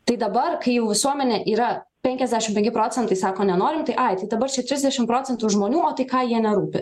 tai dabar kai jau visuomenė yra penkiasdešim penki procentai sako nenorim tai ai tai dabar čia trisdešim procentų žmonių o tai ką jie nerūpi